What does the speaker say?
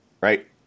right